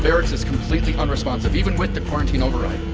barracks is completely unresponsive, even with the quarantine override.